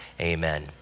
Amen